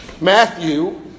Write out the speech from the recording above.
Matthew